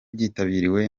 byitabiriwe